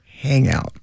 hangout